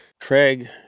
Craig